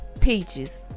peaches